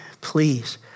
please